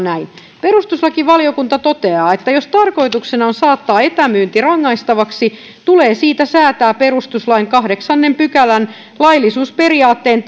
näin perustuslakivaliokunta toteaa että jos tarkoituksena on saattaa etämyynti rangaistavaksi tulee siitä säätää perustuslain kahdeksannen pykälän laillisuusperiaatteen